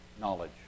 knowledge